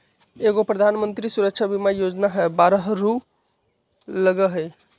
एगो प्रधानमंत्री सुरक्षा बीमा योजना है बारह रु लगहई?